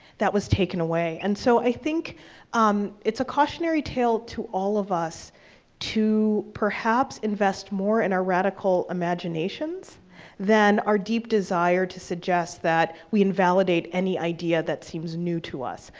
that was taken away. and so i think um it's a cautionary tale to all of us to, perhaps, invest more in our radical imaginations than our deep desire to suggest that we invalidate any idea that seems new to us.